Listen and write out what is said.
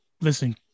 listen